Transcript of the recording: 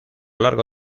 largo